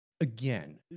Again